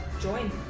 join